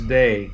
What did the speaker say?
day